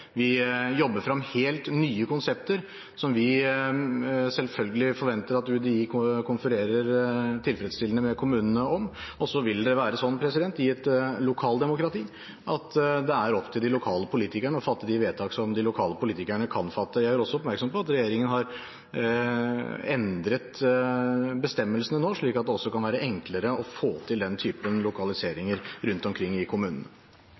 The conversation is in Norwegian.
Vi jobber frem helt nye konsepter som vi selvfølgelig forventer at UDI konfererer tilfredsstillende med kommunene om. Så vil det være sånn i et lokaldemokrati at det er opp til de lokale politikerne å fatte de vedtak de kan fatte. Jeg gjør også oppmerksom på at regjeringen har endret bestemmelsene nå, sånn at det også kan være enklere å få til den typen lokaliseringer rundt omkring i kommunene.